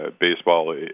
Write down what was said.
baseball